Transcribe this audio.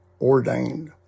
ordained